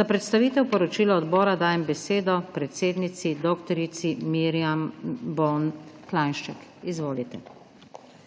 Za predstavitev poročila odbora dajem besedo predsednici dr. Mirjam Bon Klanjšček. Izvolite.